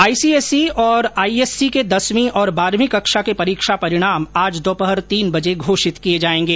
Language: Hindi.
आईसीएसई और आईएससी के दसवीं और बारहवीं कक्षा के परीक्षा परिणाम आज दोपहर तीन बजे घोषित किए जाएंगे